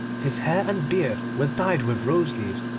his hair and beard were dyed with rose-leaves,